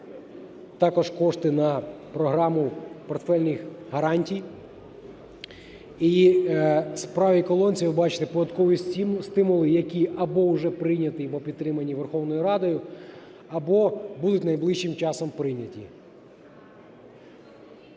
Також кошти на програму портфельних гарантій. І в правій колонці, ви бачите, податковий стимул, які або вже прийняті, або підтримані Верховною Радою, або будуть найближчим часом прийняті.